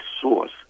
source